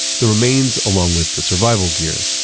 the remains, along with the survivor gear,